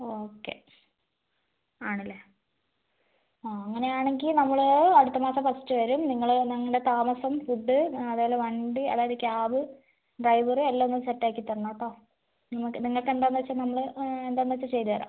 okay ആണല്ലേ ആ അങ്ങനെയാണെങ്കിൽ നമ്മൾ അടുത്ത മാസം ഫസ്റ്റ് വരും നിങ്ങൾ ഞങ്ങളുടെ താമസം ഫുഡ് അതേപോലെ വണ്ടി അതായത് ക്യാബ് ഡ്രൈവർ എല്ലാം ഒന്ന് സെറ്റ് ആക്കി തരണം കേട്ടോ ഇങ്ങോട്ട് നിങ്ങൾക്കെന്താണെന്ന് വെച്ചാൽ നമ്മൾ എന്താണെന്ന് വെച്ചാൽ ചെയ്തുതരാം